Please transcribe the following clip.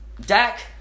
Dak